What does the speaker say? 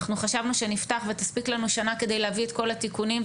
אנחנו חשבנו שנפתח ותספיק לנו שנה כדי להביא את כל התיקונים,